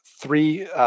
three